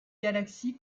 galaxies